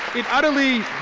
it utterly